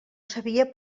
sabia